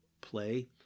play